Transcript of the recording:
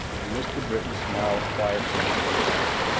and mr. britton smiled quietly into the fire.